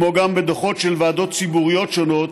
כמו גם בדוחות של ועדות ציבוריות שונות,